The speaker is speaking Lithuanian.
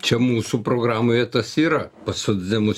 čia mūsų programoje tas yra pas socdemus